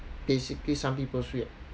basically some people's reac~